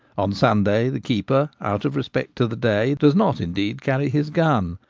on sunday the keeper, out of respect to the day, does not indeed carry his gun,